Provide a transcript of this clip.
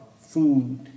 food